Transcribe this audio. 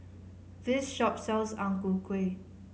this shop sells Ang Ku Kueh